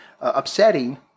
upsetting